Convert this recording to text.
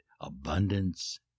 abundance